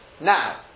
Now